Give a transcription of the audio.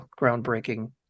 groundbreaking